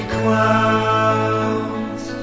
clouds